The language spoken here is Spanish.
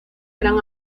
gran